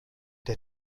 der